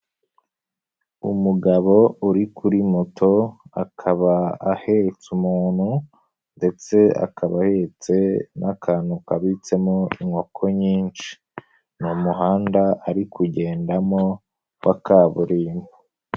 Umugabo uri kuri moto, akaba ahetse umuntu ndetse akaba ahetse n'akantu kabitsemo inkoko nyinshi. Ni umuhanda ari kugendamo wa kaburimbo.